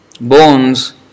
bones